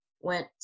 went